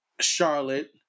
Charlotte